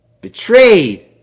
Betrayed